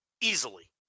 Easily